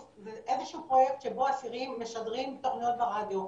זה איזה שהוא פרויקט שבו אסירים משדרים תוכניות ברדיו,